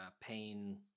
pain